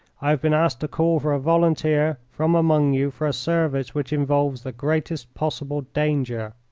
i have been asked to call for a volunteer from among you for a service which involves the greatest possible danger.